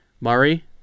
Murray